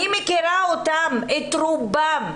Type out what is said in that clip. אני מכירה אותם, את רובם,